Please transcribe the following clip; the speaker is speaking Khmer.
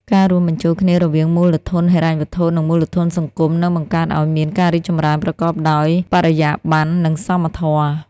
ការរួមបញ្ចូលគ្នារវាងមូលធនហិរញ្ញវត្ថុ និងមូលធនសង្គម នឹងបង្កើតឱ្យមានការរីកចម្រើនប្រកបដោយបរិយាប័ន្ន និងសមធម៌។